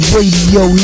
Radio